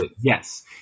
yes